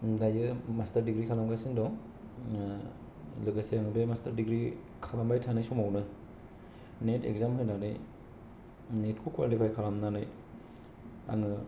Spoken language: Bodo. दायो मास्टार दिग्रि खालामगासिनो दं लोगोसे आं बे मास्टार दिग्रि खालामबाय थानाय समावनो नेद इगजाम होनानै नेदखौ कवालिफाय खालामनानै आङो